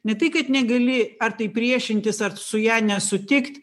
ne tai kad negali ar tai priešintis ar su ja nesutikti